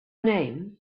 name